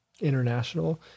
international